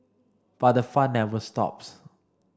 but the fun never stops